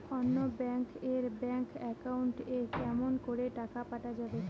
অন্য ব্যাংক এর bank account এ কেমন করে টাকা পাঠা যাবে?